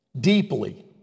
deeply